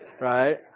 right